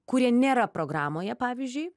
kurie nėra programoje pavyzdžiui